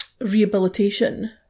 rehabilitation